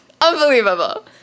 Unbelievable